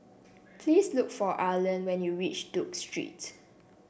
please look for Erland when you reach Duke Street